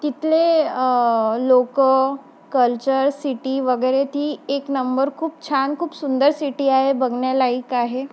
तिथले लोक culture city वगैरे ती एक नंबर खूप छान खूप सुंदर सिटी आहे बघण्यालायक आहे